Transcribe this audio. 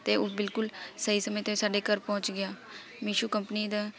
ਅਤੇ ਉਹ ਬਿਲਕੁਲ ਸਹੀ ਸਮੇਂ 'ਤੇ ਸਾਡੇ ਘਰ ਪਹੁੰਚ ਗਿਆ ਮੇਸ਼ੋ ਕੰਪਨੀ ਦਾ